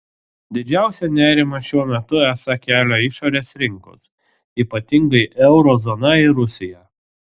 didžiausią nerimą šiuo metu esą kelia išorės rinkos ypatingai euro zona ir rusija